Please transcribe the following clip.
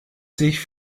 sich